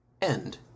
End